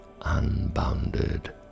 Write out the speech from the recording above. unbounded